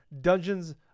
dungeons